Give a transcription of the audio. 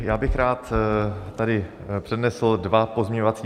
Já bych rád tady přednesl dva pozměňovací návrhy.